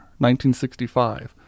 1965